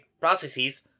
processes